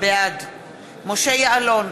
בעד משה יעלון,